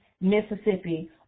Mississippi